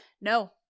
No